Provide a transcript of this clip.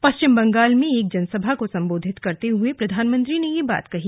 पश्चिम बंगाल में एक जनसभा को संबोधित करते हुए प्रधानमंत्री ने ये बात कही